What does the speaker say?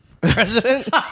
President